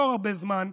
לא הרבה זמן,